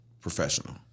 professional